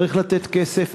צריך לתת כסף.